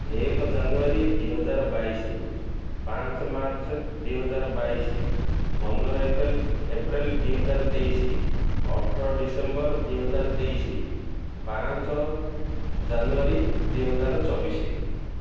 ଏକ ଜାନୁଆରୀ ଦୁଇହଜାର ବାଇଶି ପାଞ୍ଚ ମାର୍ଚ୍ଚ ଦୁଇହଜାର ବାଇଶି ପନ୍ଦର ଏପ୍ରିଲ ଦୁଇହଜାର ତେଇଶି ଅଠର ଡିସେମ୍ବର ଦୁଇହଜାର ତେଇଶି ପାଞ୍ଚ ଜାନୁଆରୀ ଦୁଇହଜାର ଚବିଶି